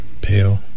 Pale